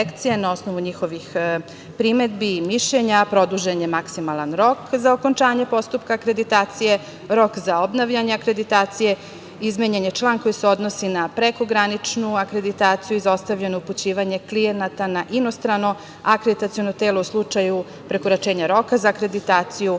Na osnovu njihovih primedbi i mišljenja produžen je maksimalan rok za okončanje postupka akreditacije, rok za obnavljanje akreditacije. Izmenjen je član koji se odnosi na prekograničnu akreditaciju, izostavljeno upućivanje klijenata na inostrano akreditaciono telo u slučaju prekoračenja roka za akreditaciju